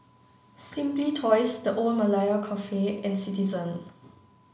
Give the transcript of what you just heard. simply Toys The Old Malaya Cafe and Citizen